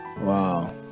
Wow